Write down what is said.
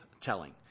Telling